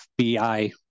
FBI